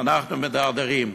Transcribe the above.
ואנחנו מידרדרים.